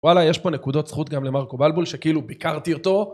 וואלה, יש פה נקודות זכות גם למרקו בלבול, שכאילו ביקרתי אותו.